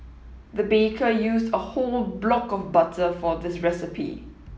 the baker used a whole block of butter for this recipe